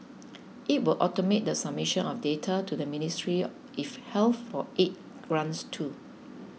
it will automate the submission of data to the Ministry if Health for aid grants too